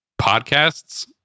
podcasts